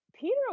Peter